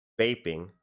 vaping